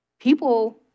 people